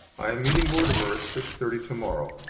i am meeting mortimer at six-thirty tomorrow.